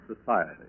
society